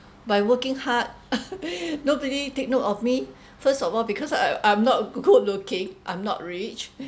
by working hard nobody take note of me first of all because I I'm not good looking I'm not rich